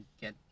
get